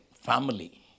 family